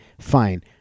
fine